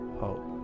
hope